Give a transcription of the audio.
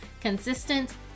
consistent